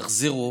יחזירו